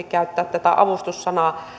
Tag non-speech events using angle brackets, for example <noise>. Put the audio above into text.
<unintelligible> käyttää tätä avustus sanaa